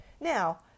Now